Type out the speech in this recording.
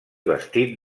vestit